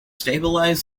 stabilize